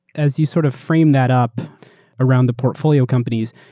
as you sort of frame that up around the portfolio companies,